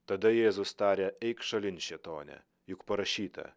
tada jėzus tarė eik šalin šėtone juk parašyta